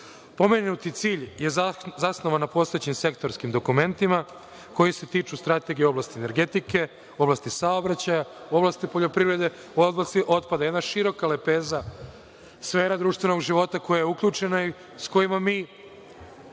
godina. Pomenuti cilj je zasnovan na postojećim sektorskim dokumentima koji se tiču strategije u oblasti energetike, oblasti saobraćaja, u oblasti poljoprivrede, u oblasti otpada. Dakle, jedna široka lepeza sfera društvenog života koja je uključena i s kojima mi